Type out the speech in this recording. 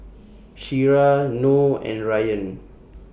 Syirah Noh and Rayyan